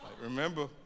remember